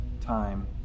time